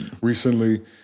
recently